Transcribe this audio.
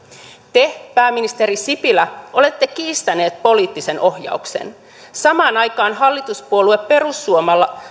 te pääministeri sipilä olette kiistänyt poliittisen ohjauksen samaan aikaan hallituspuolue perussuomalaisten